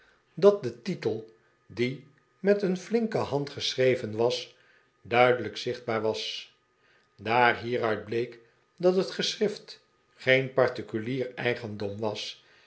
dat de titel die met een flinke hand geschreven was duidelijk zichtbaar was daar hieruit bleek dat het geschrift geen particulier eigendom was